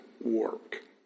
work